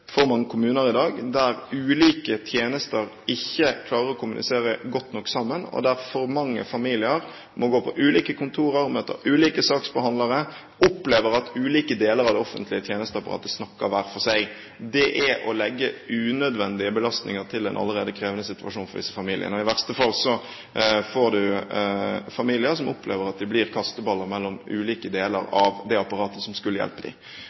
dag der ulike tjenester ikke klarer å kommunisere godt nok sammen, og der for mange familier må gå på ulike kontorer og møte ulike saksbehandlere, og opplever at ulike deler av det offentlige tjenesteapparatet snakker hver for seg. Det er å legge unødvendige belastninger til en allerede krevende situasjon for disse familiene. I verste fall får vi familier som opplever at de blir kasteballer mellom ulike deler av det apparatet som skulle hjelpe